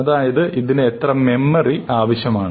അതായത് ഇതിന് എത്ര മെമ്മറി ആവശ്യമാണ്